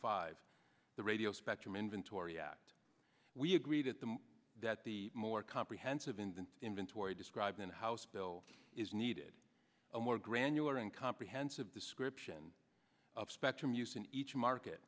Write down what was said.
five the radio spectrum inventory act we agree that the that the more comprehensive in inventory described in the house bill is needed a more granular and comprehensive description of spectrum use in each market